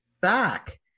back